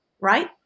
right